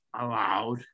allowed